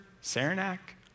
Saranac